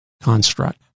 construct